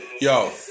Yo